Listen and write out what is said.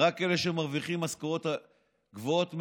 רק אלה שמרוויחים משכורות גבוהות מאוד,